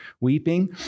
weeping